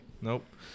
Nope